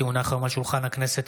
כי הונח היום על שולחן הכנסת,